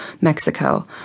Mexico